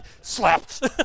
Slapped